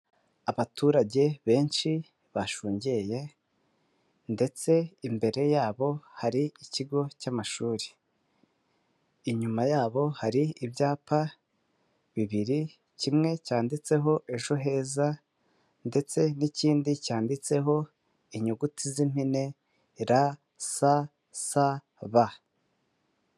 Abaturage benshi bashungeye ndetse imbere yabo hari ikigo cy'amashuri, inyuma yabo hari ibyapa bibiri, kimwe cyanditseho ejo heza ndetse n'i ikindidi cyanditseho inyuguti z'impine Ra Sa Sa Ba.